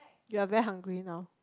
you are very hungry now